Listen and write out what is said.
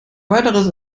weiteres